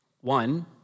One